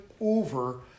over